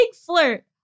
flirt